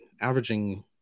averaging